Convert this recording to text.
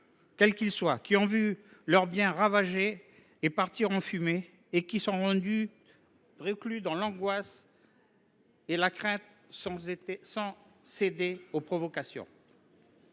les Calédoniens qui ont vu leurs biens ravagés et partir en fumée et qui sont reclus dans l’angoisse et la crainte, sans céder aux provocations.